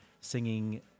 singing